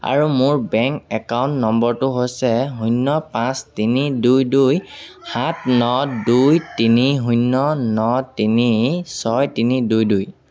আৰু মোৰ bank account নম্বৰটো হৈছে শূন্য পাঁচ তিনি দুই দুই সাত ন দুই তিনি শূন্য ন তিনি ছয় তিনি দুই দুই